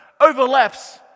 overlaps